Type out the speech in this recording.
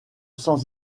sans